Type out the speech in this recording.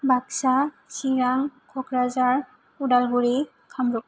Baksa Chirang Kokrajhar Udalguri Kamrup